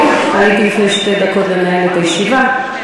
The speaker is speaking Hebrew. עליתי בדיוק לפני שתי דקות לנהל את הישיבה,